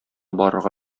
барырга